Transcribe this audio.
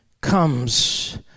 comes